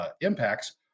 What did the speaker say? impacts